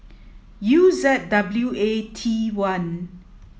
U Z W A T one